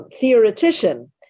theoretician